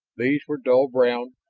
these were dull brown,